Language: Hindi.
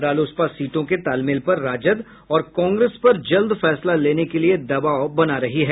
रालोसपा सीटों के तालमेल पर राजद और कांग्रेस पर जल्द फैसला लेने के लिये दबाव बना रही है